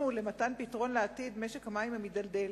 למתן פתרון לעתיד משק המים המידלדל,